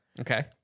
Okay